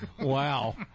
Wow